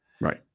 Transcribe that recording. Right